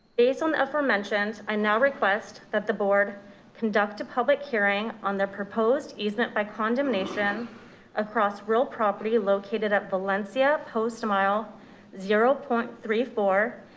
based on the aforementioned, i now request that the board conduct a public hearing on their proposed easement by condemnation across real property, located at valencia post mile zero point three four,